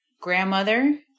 Grandmother